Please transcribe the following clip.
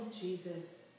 Jesus